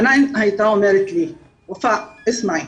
חנאן הייתה אומרת לי: וופא, תשמעי,